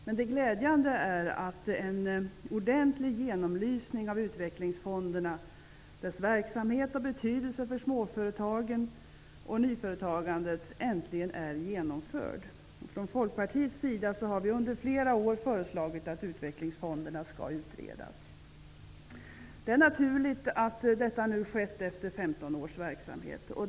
Nej, det glädjande är att en ordentlig genomlysning av utvecklingsfonderna, deras verksamhet och betydelse för småföretagen och nyföretagandet äntligen är genomförd. Från Folkpartiets sida har vi under flera år föreslagit att utvecklingsfonderna skall utredas. Det är naturligt att detta nu skett efter 15 års verksamhet.